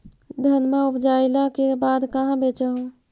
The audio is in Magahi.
धनमा उपजाईला के बाद कहाँ बेच हू?